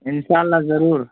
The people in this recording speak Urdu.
انشاء اللہ ضرور